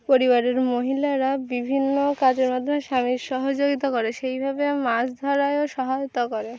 পরিবারের মহিলারা বিভিন্ন কাজের মাধ্যমে স্বামীর সহযোগিতা করে সেইভাবে মাছ ধরায়েও সহায়তা করে